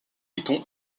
python